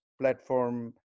platform